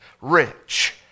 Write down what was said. rich